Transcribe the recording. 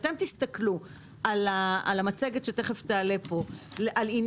תיכף תראו את המצגת שתעלה פה, אילו